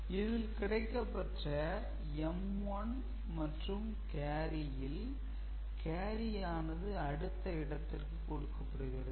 இதில் கிடைக்கப்பெற்ற m1 மற்றும் கேரியில் அடுத்த இடத்திற்கு கொடுக்கப்படுகிறது